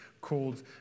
called